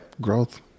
Growth